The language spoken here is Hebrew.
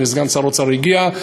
הנה סגן שר האוצר הגיע,